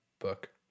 book